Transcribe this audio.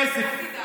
הוא יקבל יותר כסף.